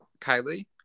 Kylie